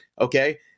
Okay